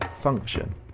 function